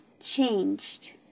changed